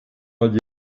mal